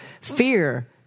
Fear